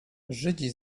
żydzi